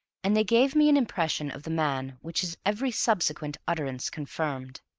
and they gave me an impression of the man which his every subsequent utterance confirmed.